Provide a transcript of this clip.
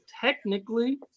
technically